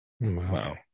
Wow